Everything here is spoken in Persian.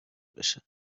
بشه